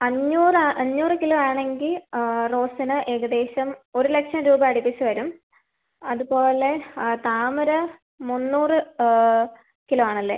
അഞ്ഞൂറ് അഞ്ഞൂറ് കിലോ ആണെങ്കിൽ റോസിന് ഏകദേശം ഒരു ലക്ഷം രൂപ അടുപ്പിച്ച് വരും അത് പോലെ താമര മുന്നൂറ് കിലോ ആണല്ലേ